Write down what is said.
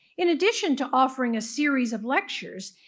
in addition to offering a series of lectures,